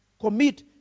Commit